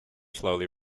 slowly